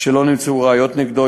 משלא נמצאו ראיות נגדו.